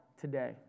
today